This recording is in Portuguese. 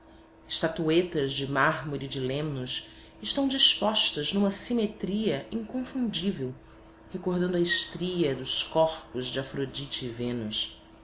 estatuetas de mármore de lemnos estão dispostas numa simetria inconfundível recordando a estria dos corpos de afrodite